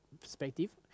perspective